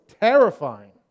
terrifying